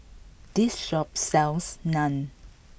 this shop sells Naan